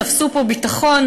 תפסו פה ביטחון".